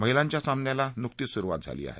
महिलांच्या सामन्याला नुकतीच सुरुवात झाली आहे